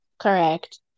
Correct